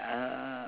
uh